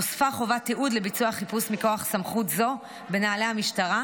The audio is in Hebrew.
נוספה חובת תיעוד לביצוע החיפוש מכוח סמכות זו בנוהלי המשטרה,